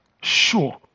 sure